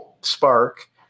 Spark